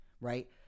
right –